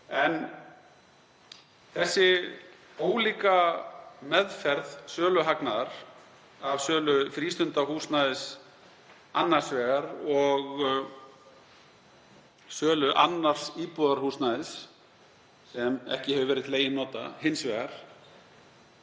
Þessi ólíka meðferð söluhagnaðar af sölu frístundahúsnæðis annars vegar og sölu annars íbúðarhúsnæðis, sem ekki hefur verið til eigin nota, hins vegar